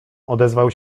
odezwał